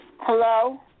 Hello